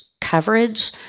coverage